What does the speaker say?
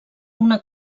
una